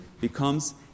becomes